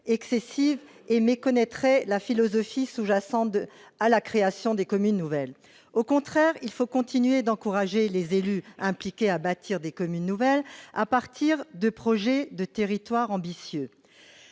excessive et méconnaîtrait la philosophie sous-jacente à la création des communes nouvelles. Au contraire, il faut continuer d'encourager les élus impliqués à bâtir des communes nouvelles à partir de projets de territoire ambitieux.